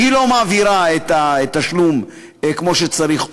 היא לא מעבירה את התשלום כמו שצריך,